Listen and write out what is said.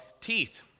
teeth